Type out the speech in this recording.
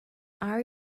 are